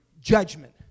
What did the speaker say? judgment